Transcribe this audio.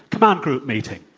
command group meeting.